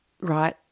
right